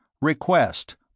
Request